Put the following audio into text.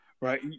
Right